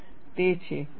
તે છે